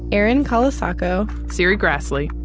erin colasacco, serri graslie,